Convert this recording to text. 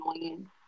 annoying